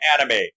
anime